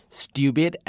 stupid